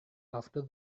after